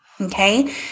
Okay